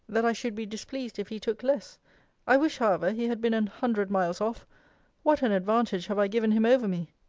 that i should be displeased if he took less i wish, however, he had been an hundred miles off what an advantage have i given him over me!